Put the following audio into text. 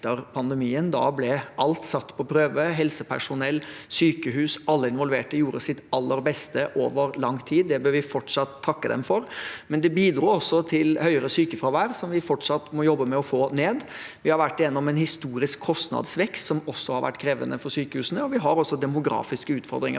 Da ble alt satt på prøve – helsepersonell, sykehus og alle involverte gjorde sitt aller beste over lang tid. Det bør vi fortsatt takke dem for. Det bidro imidlertid også til høyere sykefravær, som vi fortsatt må jobbe med å få ned. Vi har vært gjennom en historisk kostnadsvekst som også har vært krevende for sykehusene, og vi har demografiske utfordringer.